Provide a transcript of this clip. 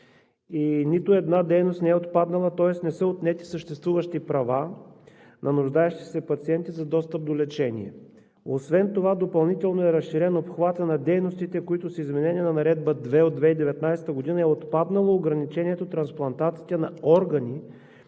Нито една дейност не е отпаднала, тоест не са отнети съществуващи права на нуждаещи се пациенти за достъп до лечение. Освен това допълнително е разширен обхватът на дейностите, за които с изменение на Наредба № 2 от 2019 г. е отпаднало ограничението трансплантациите на органи